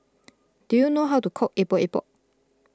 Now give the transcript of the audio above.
do you know how to cook Epok Epok